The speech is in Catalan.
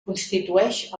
constitueix